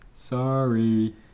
sorry